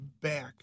back